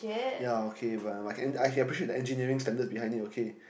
ya okay but I I can appreciate the engineering standards behind it okay